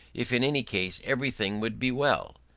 if in any case everything would be well!